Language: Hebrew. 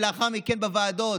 ולאחר מכן בוועדות,